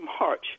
march